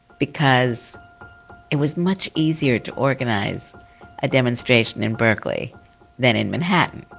because it was much easier to organize a demonstration in berkeley than in manhattan.